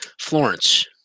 Florence